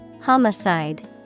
Homicide